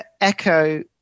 Echo